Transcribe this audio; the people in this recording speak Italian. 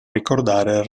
ricordare